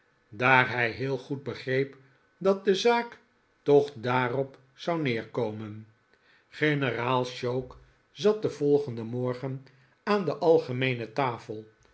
daar hij heel goed begreep dat de zaak toch daarop zou neerkomen generaal choke zat den volgenden morgen aan de algemeene tafel